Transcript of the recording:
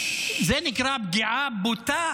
זה נקרא פגיעה בוטה